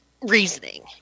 reasoning